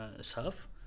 serve